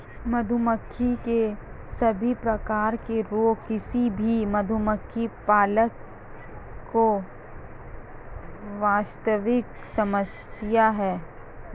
मधुमक्खी के सभी प्रकार के रोग किसी भी मधुमक्खी पालक की वास्तविक समस्या है